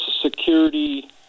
Security